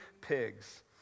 pigs